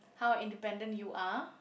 how independent you are